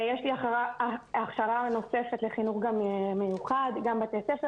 יש לי הכשרה נוספת לחינוך מיוחד, גם בתי ספר.